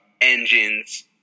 engines